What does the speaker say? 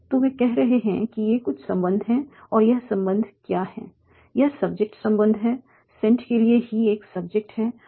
तो वे कह रहे हैं कि ये कुछ संबंध हैं और यह संबंध क्या है यह सब्जेक्ट संबंध है 'सेंट' के लिए 'ही' एक सब्जेक्ट है